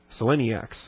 seleniacs